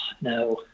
no